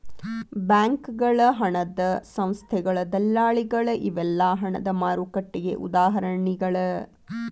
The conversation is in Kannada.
ಬ್ಯಾಂಕಗಳ ಹಣದ ಸಂಸ್ಥೆಗಳ ದಲ್ಲಾಳಿಗಳ ಇವೆಲ್ಲಾ ಹಣದ ಮಾರುಕಟ್ಟೆಗೆ ಉದಾಹರಣಿಗಳ